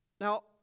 Now